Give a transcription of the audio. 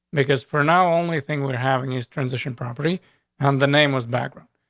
because for now, only thing would having his transition property on the name was background.